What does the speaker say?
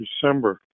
December